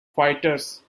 fighters